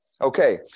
Okay